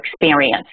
experience